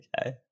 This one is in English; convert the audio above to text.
Okay